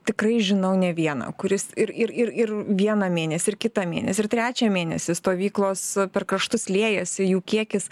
tikrai žinau ne vieną kuris ir ir ir ir vieną mėnesį ir kitą mėnesį ir trečią mėnesį stovyklos per kraštus liejasi jų kiekis